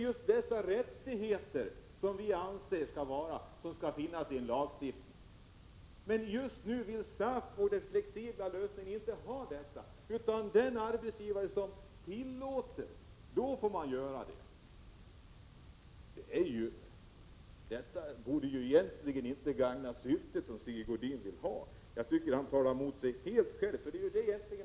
Just dessa rättigheter anser vi skall finnas i en lag, men SAF vill i stället ha en flexibel lösning som innebär att har man en arbetsgivare som tillåter det, då får man den här möjligheten, inte annars. Den sortens flexibla lösning gagnar inte det Sigge Godin säger att han syftar till. Jag tycker att han helt talar mot det han säger sig vilja uppnå.